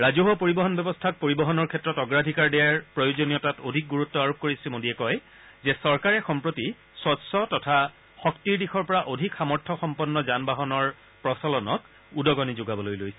ৰাজহুৱা পৰিবহন ব্যৱস্থাক পৰিবহনৰ ক্ষেত্ৰত অগ্ৰাধিকাৰ দিয়াৰ প্ৰয়োজনীয়তাত অধিক গুৰুত্ব আৰোপ কৰি শ্ৰীমোডীয়ে কয় যে চৰকাৰে সম্প্ৰতি স্বছ্ তথা শক্তিৰ দিশৰ পৰা অধিক সামৰ্থ্যসম্পন্ন যান বাহনৰ প্ৰচলনক উদগনি যোগাবলৈ লৈছে